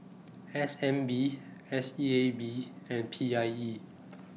S N B S E A B and P I E